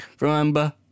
Remember